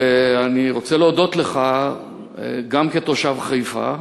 ואני רוצה להודות לך גם כתושב חיפה,